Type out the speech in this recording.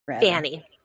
Fanny